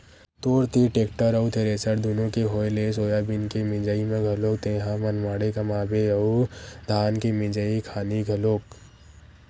तोर तीर टेक्टर अउ थेरेसर दुनो के होय ले सोयाबीन के मिंजई म घलोक तेंहा मनमाड़े कमाबे अउ धान के मिंजई खानी घलोक